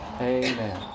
Amen